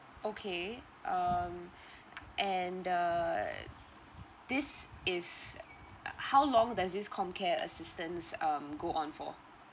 okay um and uh this is uh how long does this comcare assistance um go on for